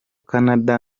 canada